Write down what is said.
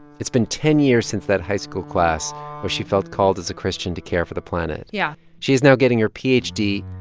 it's been ten years since that high school class where she felt called as a christian to care for the planet yeah she's now getting her ph d,